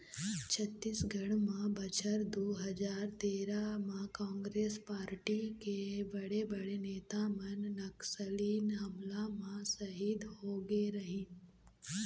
छत्तीसगढ़ म बछर दू हजार तेरा म कांग्रेस पारटी के बड़े बड़े नेता मन नक्सली हमला म सहीद होगे रहिन